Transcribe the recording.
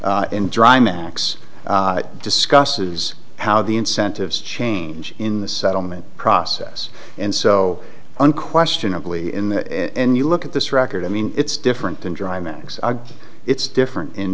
in dry max discusses how the incentives change in the settlement process and so unquestionably in the end you look at this record i mean it's different than dry max it's different